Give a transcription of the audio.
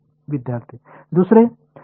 विद्यार्थी दुसरे